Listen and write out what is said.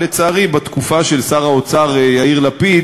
לצערי, בתקופה של שר האוצר יאיר לפיד,